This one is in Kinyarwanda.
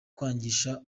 kwangisha